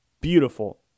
beautiful